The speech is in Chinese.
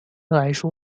来说